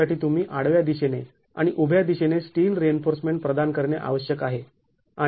यासाठी तुम्ही आडव्या दिशेने आणि उभ्या दिशेने स्टील रिइन्फोर्समेंट प्रदान करणे आवश्यक आहे